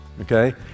okay